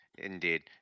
Indeed